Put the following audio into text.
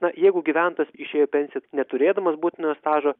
na jeigu gyventojas išėjo į pensiją neturėdamas būtinojo stažo